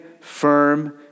firm